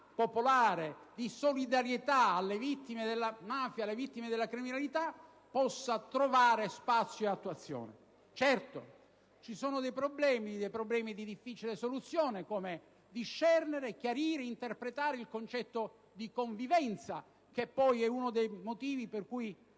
popolare di solidarietà alle vittime della mafia e della criminalità, possa trovare spazio e attuazione. Certo, ci sono dei problemi di difficile soluzione, come quello di discernere, chiarire, interpretare il concetto di convivenza, che poi è uno dei motivi di cui